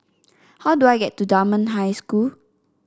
how do I get to Dunman High School